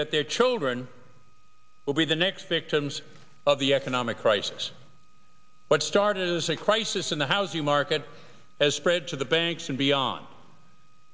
that their children will be the next victims of the economic crisis what started as a crisis in the housing market has spread to the banks and beyond